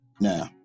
now